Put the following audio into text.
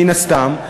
מן הסתם,